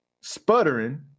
sputtering